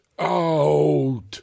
out